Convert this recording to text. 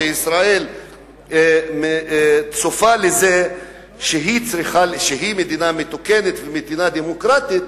שישראל צופה לזה שהיא מדינה מתוקנת ומדינה דמוקרטית,